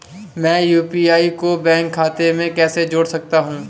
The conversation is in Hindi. मैं यू.पी.आई को बैंक खाते से कैसे जोड़ सकता हूँ?